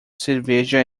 cerveja